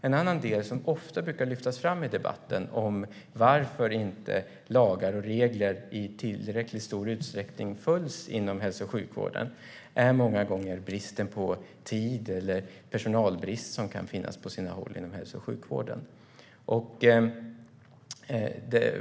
En annan del som ofta lyfts fram i debatten om varför lagar och regler inte i tillräckligt stor utsträckning följs inom hälso och sjukvården är många gånger bristen på tid eller personalbrist som kan finnas på sina håll inom hälso och sjukvården.